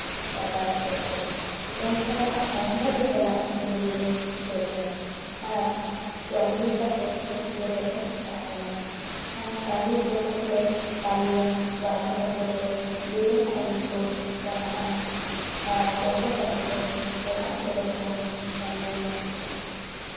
ᱪᱟᱜᱟᱲ ᱛᱚᱨᱟᱭᱟ ᱱᱚᱝᱟᱠᱟᱱᱟᱜ ᱟᱭᱢᱟ ᱞᱮᱠᱟᱱᱟᱜ ᱥᱮᱨᱮᱧ ᱞᱮ ᱥᱮᱨᱮᱧᱟ ᱟᱨ ᱡᱚᱢᱼᱧᱩ ᱠᱟᱛᱮᱜ ᱨᱟᱹᱥᱠᱟ ᱛᱮᱞᱮ ᱛᱟᱦᱮᱱᱟ ᱟᱨ ᱠᱟᱹᱢᱤ ᱡᱚᱠᱷᱚᱱ ᱞᱮ ᱠᱟᱹᱢᱤᱭᱟ ᱵᱟᱵᱟ ᱛᱟᱠᱚ ᱫᱚ ᱫᱤᱱᱟᱹᱢ ᱠᱟᱹᱢᱤ ᱠᱚ ᱪᱟᱞᱟᱜᱼᱟ ᱟᱨ ᱜᱚᱜᱚ ᱛᱟᱠᱚ ᱫᱚ ᱚᱲᱟᱜ ᱠᱚᱨᱮ ᱠᱚ ᱠᱟᱹᱢᱤᱭᱟ